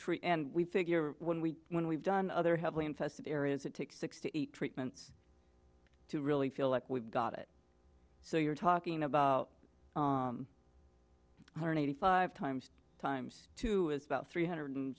try and we figure when we when we've done other heavily infested areas it takes six to eight treatments to really feel like we've got it so you're talking about one hundred eighty five times times two is about three hundred